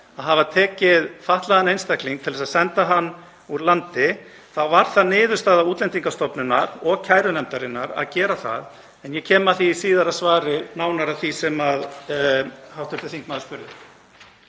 að hafa tekið fatlaðan einstakling til að senda hann úr landi þá var það niðurstaða Útlendingastofnunar og kærunefndarinnar að gera það. En ég kem í síðara svari nánar að því sem hv. þingmaður spurði